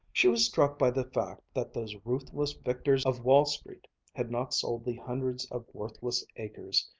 she was struck by the fact that those ruthless victors of wall street had not sold the hundreds of worthless acres,